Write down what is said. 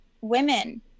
women